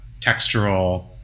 textural